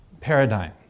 paradigm